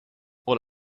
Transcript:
all